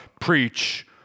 Preach